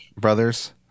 brothers